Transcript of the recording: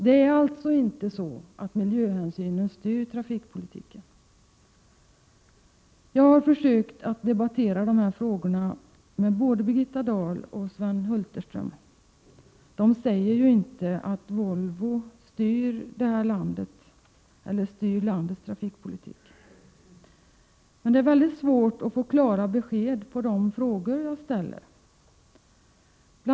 Det är alltså inte miljöhänsynen som styr trafikpolitiken. Jag har försökt att debattera dessa frågor med både Birgitta Dahl och Sven Hulterström. De säger inte att Volvo styr detta lands trafikpolitik, men det är mycket svårt att få klara besked om de frågor jag ställer.